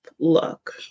look